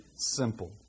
simple